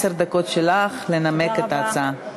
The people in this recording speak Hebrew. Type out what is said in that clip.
עשר דקות שלך לנמק את ההצעה.